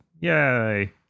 Yay